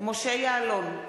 משה יעלון,